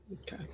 Okay